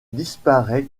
disparaît